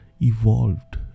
evolved